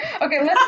okay